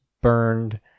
burned